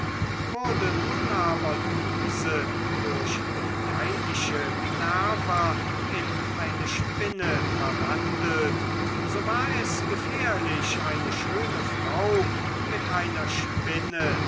wurde nun aber diese durch die neidische minerva in eine spinne verwandelt so war es gefährlich eine schöne frau mit einer spinne